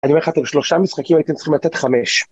אני אומר לך אתם שלושה משחקים הייתם צריכים לתת חמש